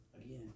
again